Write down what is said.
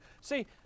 See